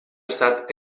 estat